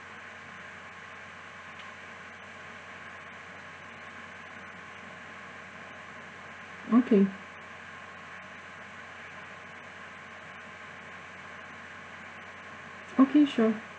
okay okay sure